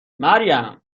مریم، دست